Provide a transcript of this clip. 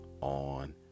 on